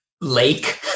lake